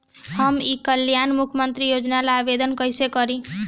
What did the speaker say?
हम ई कल्याण मुख्य्मंत्री योजना ला आवेदन कईसे करी?